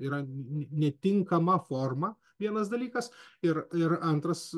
yra netinkama forma vienas dalykas ir ir antras